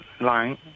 line